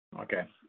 Okay